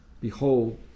Behold